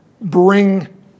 bring